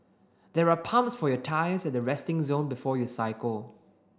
there are pumps for your tyres at the resting zone before you cycle